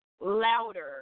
louder